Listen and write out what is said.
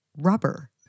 rubber